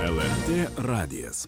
lrt radijas